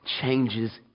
changes